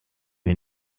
mir